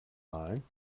malen